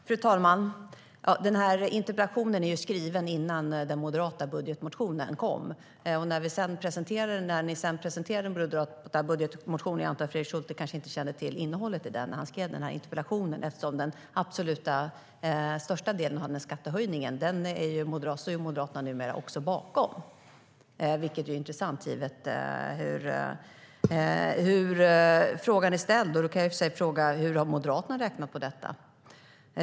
Fru talman! Den här interpellationen är skriven innan den moderata budgetmotionen kom. Fredrik Schulte kanske inte kände till innehållet i den när han skrev interpellationen. När ni presenterade den moderata budgetmotionen visade det sig att Moderaterna numera står bakom den absolut största delen av den här skattehöjningen, vilket är intressant, givet hur frågan är ställd. Jag kan fråga: Hur har Moderaterna räknat på detta?